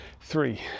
three